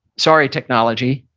sorry technology,